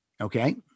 Okay